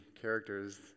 characters